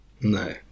No